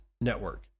network